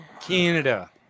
Canada